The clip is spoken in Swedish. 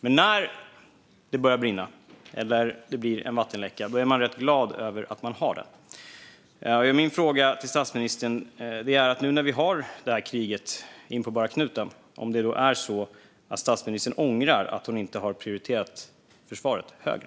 Men när det börjar brinna eller det blir en vattenläcka är man rätt glad över att man har den. Min fråga till statsministern är: Nu när vi har kriget inpå bara knuten, är det så att statsministern ångrar att hon inte har prioriterat försvaret högre?